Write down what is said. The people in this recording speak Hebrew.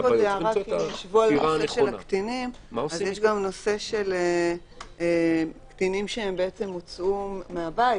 יש גם נושא של קטינים שהוצאו מהבית,